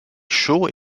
chaud